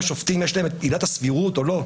לשופטים יש את עילת הסבירות או לא,